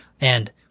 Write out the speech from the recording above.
and-